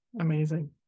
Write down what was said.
Amazing